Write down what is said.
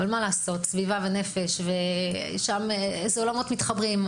סביבה ונפש הם עולמות שמתחברים.